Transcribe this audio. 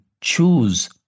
choose